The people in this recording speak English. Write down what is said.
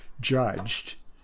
judged